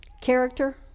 character